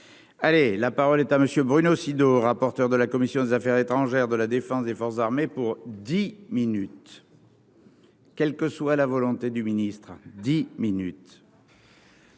Allez, la parole est à monsieur Bruno Sido, rapporteur de la commission des Affaires étrangères de la Défense des forces armées pour 10 minutes. Quelle que soit la volonté du ministre dix minutes.